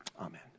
Amen